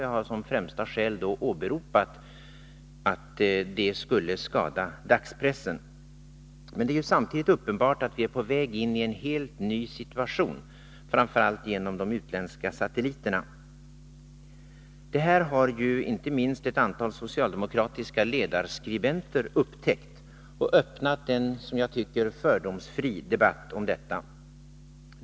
Jag har som främsta skäl då åberopat att det skulle skada dagspressen. Men det är samtidigt uppenbart att vi är på väg in i en helt ny situation, framför allt genom de utländska satelliterna. Detta har ju inte minst ett antal socialdemokratiska ledarskribenter upptäckt och öppnat en, i mitt tycke, fördomsfri debatt om detta.